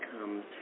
comes